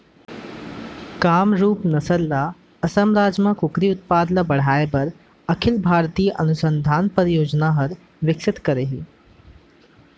कामरूप नसल ल असम राज म कुकरी उत्पादन ल बढ़ाए बर अखिल भारतीय अनुसंधान परियोजना हर विकसित करे हे